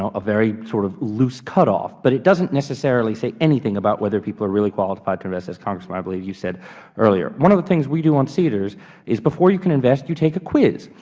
ah a very sort of loose cutoff, but it doesn't necessarily say anything about whether people are really qualified to invest as, congressman, i believe you said earlier. one of the things we do on seedrs is before you can invest, you take a quiz,